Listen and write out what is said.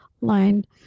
line